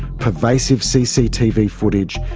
pervasive cctv footage,